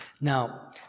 Now